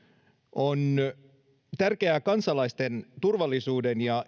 on tärkeää kansalaisten turvallisuuden ja